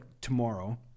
tomorrow